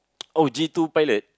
oh G two pilot